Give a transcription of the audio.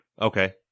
Okay